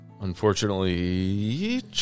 Unfortunately